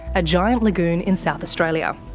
a giant lagoon in south australia.